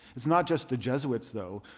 it's not just the jesuits, though.